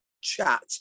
chat